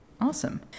Awesome